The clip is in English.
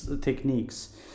techniques